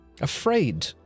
Afraid